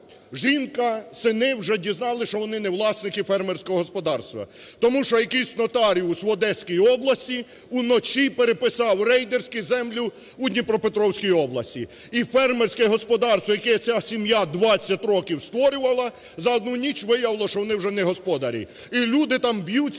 жінка, сини вже дізнались, що вони не власники фермерського господарства. Тому що якийсь нотаріус в Одеській області, вночі переписав рейдерську землю у Дніпропетровській області. І фермерське господарство, яке ця сім'я 20 років створювала, за одну ніч виявилось, що вони вже не господарі. І люди там б'ються,